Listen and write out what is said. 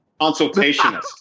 Consultationist